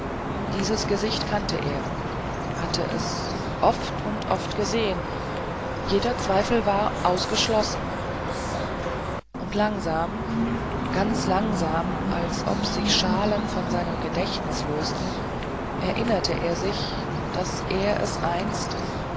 dieses gesicht kannte er hatte es oft und oft gesehen jeder zweifel war ausgeschlossen und langsam ganz langsam als ob sich schalen von seinem gedächtnis lösten erinnerte er sich daß er es einst